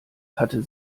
hatte